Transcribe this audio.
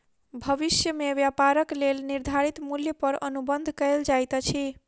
भविष्य में व्यापारक लेल निर्धारित मूल्य पर अनुबंध कएल जाइत अछि